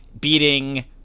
beating –